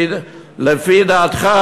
לפי דעתך,